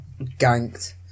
ganked